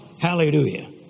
Hallelujah